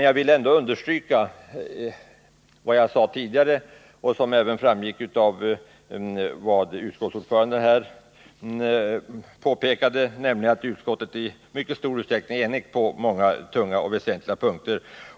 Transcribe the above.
Jag vill understryka det som jag sade tidigare och som även framgick av utskottsordförandens anförande, nämligen att utskottet i mycket stor utsträckning är enigt på många tunga och väsentliga punkter.